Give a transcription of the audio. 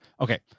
Okay